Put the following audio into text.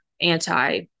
anti